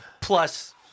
plus